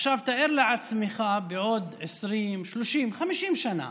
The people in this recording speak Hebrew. עכשיו תאר לעצמך, בעוד 20, 30, 50 שנה